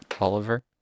oliver